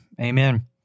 Amen